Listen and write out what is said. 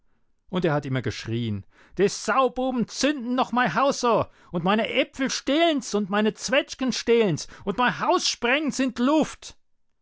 und er hat immer geschrien de saububen zünden noch mei haus o und meine äpfel stehlen s und meine zwetschgen stehlen s und mei haus sprengen s in d luft